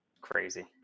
Crazy